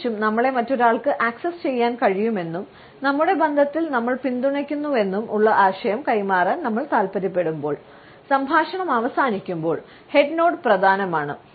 പ്രത്യേകിച്ചും നമ്മളെ മറ്റൊരാൾക്ക് ആക്സസ് ചെയ്യാൻ കഴിയുമെന്നും നമ്മുടെ ബന്ധത്തിൽ നമ്മൾ പിന്തുണയ്ക്കുന്നുവെന്നും ഉള്ള ആശയം കൈമാറാൻ നമ്മൾ താൽപ്പര്യപ്പെടുമ്പോൾ സംഭാഷണം അവസാനിക്കുമ്പോൾ ഹെഡ് നോഡ് പ്രധാനമാണ്